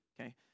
okay